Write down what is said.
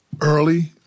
early